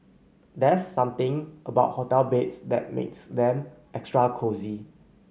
there's something about hotel beds that makes them extra cosy